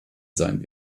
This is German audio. sein